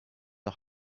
the